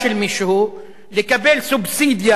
לקבל סובסידיה ולבנות בית,